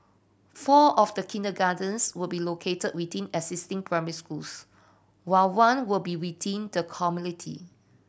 four of the kindergartens will be located waiting existing primary schools while one will be waiting the community